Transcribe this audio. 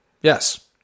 Yes